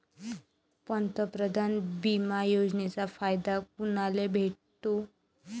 पंतप्रधान बिमा योजनेचा फायदा कुनाले भेटतो?